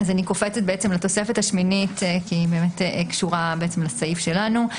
אני קופצת לתוספת השמינית כי היא קשורה לסעיף שלנו.